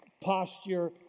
posture